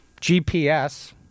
GPS